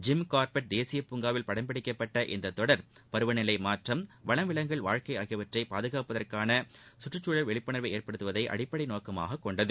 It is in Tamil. ஜிம் கோர்பட் தேசிய பூங்காவில் படம் பிடிக்கப்பட்ட இந்த தொடர் பருவநிலை மாற்றம் வனவிலங்குகள் வாழ்க்கை முதலியவற்றை பாதுகாப்பதற்காள கற்றுச் சூழல் விழிப்புணர்வை ஏற்படுத்துவதை அடிப்படை நோக்கமாக கொண்டது